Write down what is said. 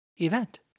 event